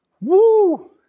woo